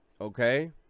okay